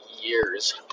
years